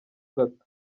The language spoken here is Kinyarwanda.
gato